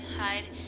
hide